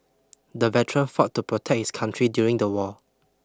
the veteran fought to protect his country during the war